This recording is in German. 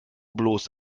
bloß